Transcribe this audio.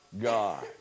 God